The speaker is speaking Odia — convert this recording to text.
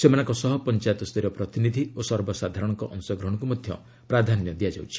ସେମାନଙ୍କ ସହ ପଞ୍ଚାୟତସ୍ତରୀୟ ପ୍ରତିନିଧି ଓ ସର୍ବସାଧାରଣଙ୍କ ଅଂଶଗ୍ରହଣକୁ ମଧ୍ୟ ପ୍ରାଧାନ୍ୟ ଦିଆଯାଇଛି